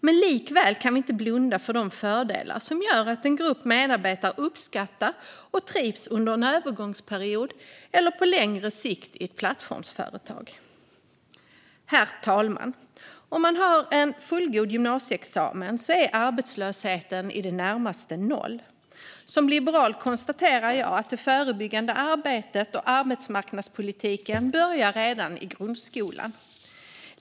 Men likväl kan vi inte blunda för de fördelar som gör att en grupp medarbetare under en övergångsperiod eller på längre sikt uppskattar och trivs med att arbeta för ett plattformsföretag. Herr talman! Om man har en fullgod gymnasieexamen är arbetslösheten i det närmaste noll. Som liberal konstaterar jag att det förebyggande arbetet och arbetsmarknadspolitiken börjar redan i grundskolan.